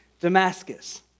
Damascus